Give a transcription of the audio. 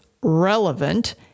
relevant